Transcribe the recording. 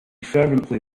fervently